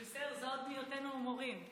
זה עוד מהיותנו מורים.